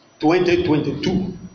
2022